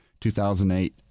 2008